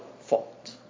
fault